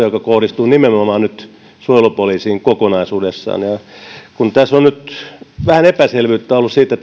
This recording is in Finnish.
joka kohdistuu nyt nimenomaan suojelupoliisiin kokonaisuudessaan kun tässä keskustelussa on nyt vähän epäselvyyttä ollut siitä